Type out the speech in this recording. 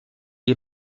est